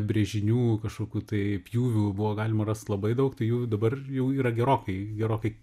brėžinių kažkokių tai pjūvių buvo galima rast labai daug tai jų dabar jau yra gerokai gerokai